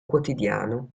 quotidiano